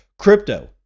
Crypto